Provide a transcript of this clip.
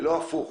ולא הפוך?